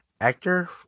actor